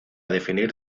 definir